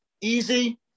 easy